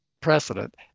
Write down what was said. precedent